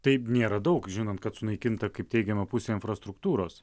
taip nėra daug žinant kad sunaikinta kaip teigiama pusė infrastruktūros